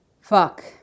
Fuck